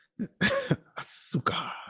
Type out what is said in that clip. asuka